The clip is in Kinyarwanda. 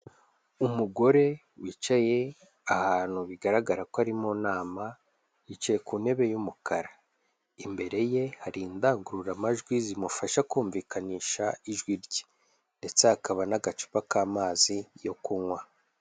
Umugore wicaye ahantu bigaragara ko ari mu nama yicaye ku ntebe y'umukara. Imbere ye hari indangururamajwi zimufasha kumvikanisha ijwi rye ndetse hakaba n'agacupa k'amazi yo kunywa.